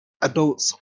adults